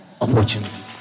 opportunity